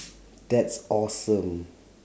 that's awesome